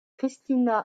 christina